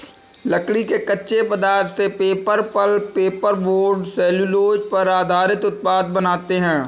लकड़ी के कच्चे पदार्थ से paper, pulp, paper board, cellulose पर आधारित उत्पाद बनाते हैं